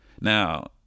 Now